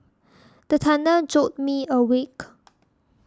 the thunder jolt me awake